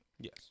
Yes